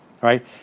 right